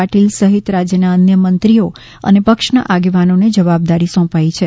પાટીલ સહિત રાજયના અન્ય મંત્રીઓ અને પક્ષના આગેવાનોને જવાબદારી સોંપી છે